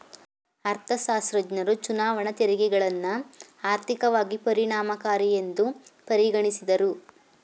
ಅರ್ಥಶಾಸ್ತ್ರಜ್ಞರು ಚುನಾವಣಾ ತೆರಿಗೆಗಳನ್ನ ಆರ್ಥಿಕವಾಗಿ ಪರಿಣಾಮಕಾರಿಯೆಂದು ಪರಿಗಣಿಸಿದ್ದ್ರು